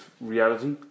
reality